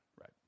right